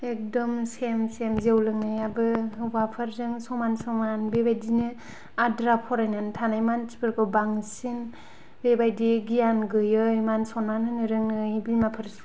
एखदम same same जौ लोंनायाबो हौवाफोरजों समान समान बेबायदिनो आद्रा फरायनानै थानाय मानसिफोरखौ बांसिन बेबायदि गियान गैयै मान सनमान होनो रोङै बिमाफोर